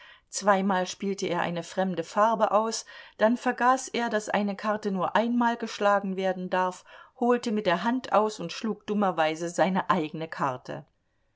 zweimal spielte er eine fremde farbe aus dann vergaß er daß eine karte nur einmal geschlagen werden darf holte mit der hand aus und schlug dummerweise seine eigene karte